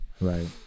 right